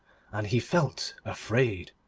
and he felt afraid.